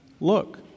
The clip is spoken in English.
look